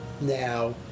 now